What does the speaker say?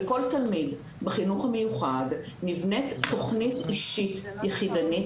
לכל תלמיד בחינוך המיוחד נבנית תוכנית אישית יחידנית